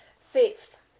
Faith